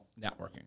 networking